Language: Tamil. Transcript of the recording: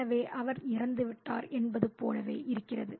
எனவே அவர் இறந்துவிட்டார் என்பது போலவே இருக்கிறது